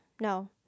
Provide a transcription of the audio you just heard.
no